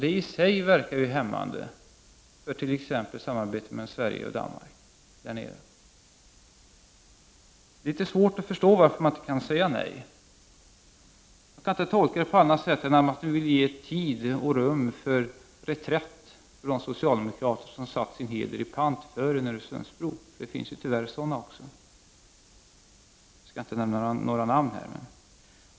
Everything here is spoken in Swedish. Det i sig verkar hämmande för t.ex. samarbetet mellan Sverige och Danmark där nere. Det är litet svårt att förstå varför man inte kan säga nej. Jag kan inte tolka det på annat sätt än att man vill ge tid och rum för reträtt för de socialdemokrater som satt sin heder i pant för en Öresundsbro. Det finns tyvärr sådana också — jag skall inte nämna några namn.